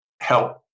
help